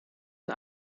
een